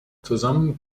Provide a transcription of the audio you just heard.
zusammen